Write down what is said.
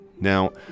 Now